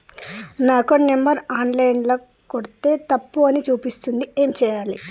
నా account number online ల కొడ్తే తప్పు అని చూపిస్తాంది ఏం చేయాలి?